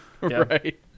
Right